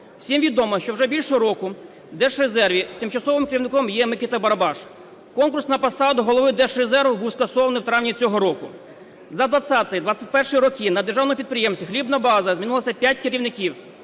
Всім відомо, що вже більше року в Держрезерві тимчасовим керівником є Микита Барабаш. Конкурс на посаду голови Держрезерву був скасований в травні цього року. За 2020-2021 роки на державному підприємстві "Хлібна база" змінилося п'ять керівників,